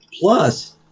Plus